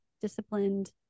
disciplined